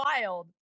wild